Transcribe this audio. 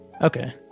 okay